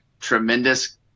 Tremendous